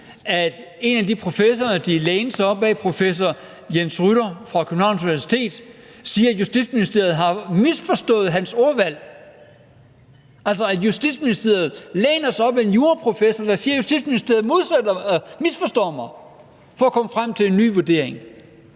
en af de professorer, de læner sig op ad, nemlig professor Jens Rytter fra Københavns Universitet, siger, at Justitsministeriet har misforstået hans ordvalg. Altså, Justitsministeriet læner sig op ad en juraprofessor, der siger, at Justitsministeriet misforstår ham for at komme frem til en ny vurdering.